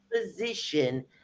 position